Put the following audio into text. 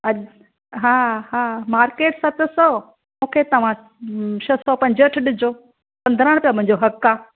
अॼु हा हा मार्केट सत सौ मूंखे तव्हां छह सौ पंजहठि ॾिजो पन्द्रहं रुपया मुंहिंजो हक़ आहे